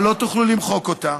אבל לא תוכלו למחוק אותה,